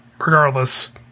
regardless